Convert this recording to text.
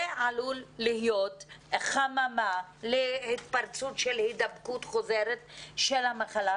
זה עלול להיות חממה להתפרצות להידבקות חוזרת של המחלה,